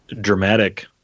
dramatic